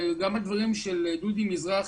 גם הדברים של דודי מזרחי,